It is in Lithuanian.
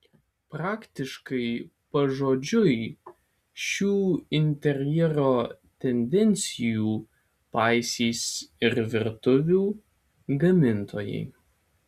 praktiškai pažodžiui šių interjero tendencijų paisys ir virtuvių gamintojai